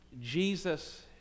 Jesus